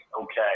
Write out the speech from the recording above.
Okay